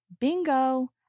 Bingo